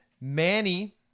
Manny